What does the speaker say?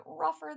rougher